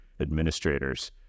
administrators